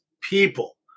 people